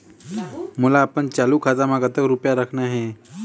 मोला अपन चालू खाता म कतक रूपया रखना हे?